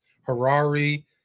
Harari